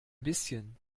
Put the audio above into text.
bisschen